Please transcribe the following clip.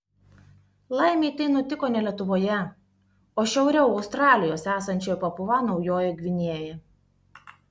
laimei tai nutiko ne lietuvoje o šiauriau australijos esančioje papua naujojoje gvinėjoje